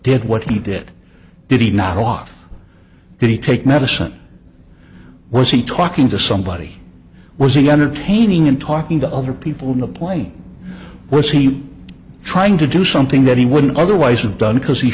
did what he did did he not off did he take medicine was he talking to somebody was an entertaining in talking to other people in the plane was he trying to do something that he wouldn't otherwise have done because he